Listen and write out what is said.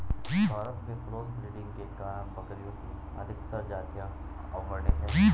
भारत में cross breeding के कारण बकरियों की अधिकतर जातियां अवर्णित है